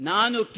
Nanu